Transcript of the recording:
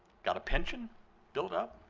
got a pension built up,